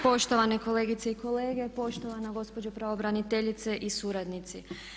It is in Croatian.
Poštovane kolegice i kolege, poštovana gospođo pravobraniteljice i suradnici.